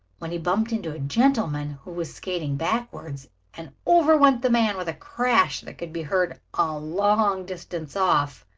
when he bumped into a gentleman who was skating backwards and over went the man with a crash that could be heard a long distance off.